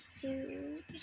food